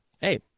Hey